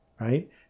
right